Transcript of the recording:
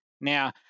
Now